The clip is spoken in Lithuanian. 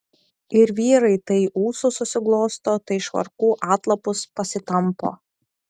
ir vyrai tai ūsus susiglosto tai švarkų atlapus pasitampo